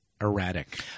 erratic